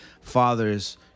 fathers